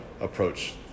approach